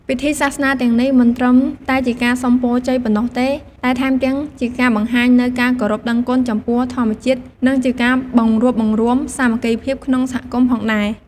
ពិធីសាសនាទាំងនេះមិនត្រឹមតែជាការសុំពរជ័យប៉ុណ្ណោះទេ តែថែមទាំងជាការបង្ហាញនូវការគោរពដឹងគុណចំពោះធម្មជាតិ និងជាការបង្រួបបង្រួមសាមគ្គីភាពក្នុងសហគមន៍ផងដែរ។